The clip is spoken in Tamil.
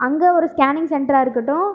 அங்கே ஒரு ஸ்கேனிங் சென்ட்ராக இருக்கட்டும்